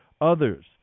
others